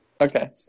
okay